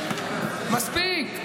מספיק.